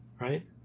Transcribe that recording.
right